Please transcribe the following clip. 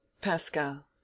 PASCAL